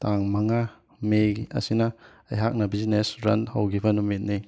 ꯇꯥꯡ ꯃꯉꯥ ꯃꯦꯒꯤ ꯑꯁꯤꯅ ꯑꯩꯍꯥꯛꯅ ꯕꯤꯖꯤꯅꯦꯁ ꯔꯟ ꯍꯧꯈꯤꯕ ꯅꯨꯃꯤꯠꯅꯤ